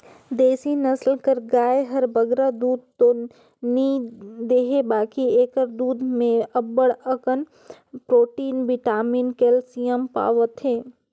देसी नसल कर गाय हर बगरा दूद दो नी देहे बकि एकर दूद में अब्बड़ अकन प्रोटिन, बिटामिन, केल्सियम पवाथे